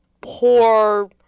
poor